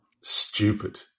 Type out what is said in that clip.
Stupid